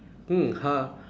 mm ha~